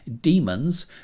Demons